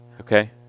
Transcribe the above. Okay